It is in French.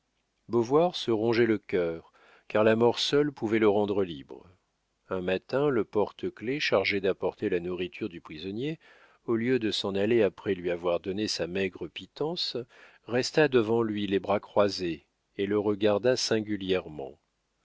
négatif beauvoir se rongeait le cœur car la mort seule pouvait le rendre libre un matin le porte-clefs chargé d'apporter la nourriture du prisonnier au lieu de s'en aller après lui avoir donné sa maigre pitance resta devant lui les bras croisés et le regarda singulièrement